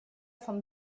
von